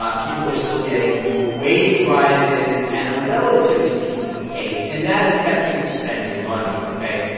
but people are still getting wage rises at a relatively decent pace. and that has kept people spending money, ok?